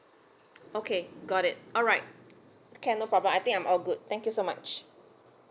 okay got it alright can no problem I think I'm all good thank you so much